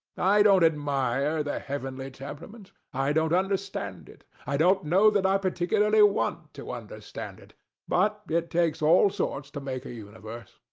i don't admire the heavenly temperament i don't understand it i don't know that i particularly want to understand it but it takes all sorts to make a universe.